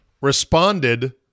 responded